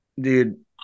Dude